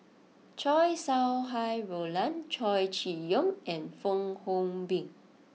Chow Sau Hai Roland Chow Chee Yong and Fong Hoe Beng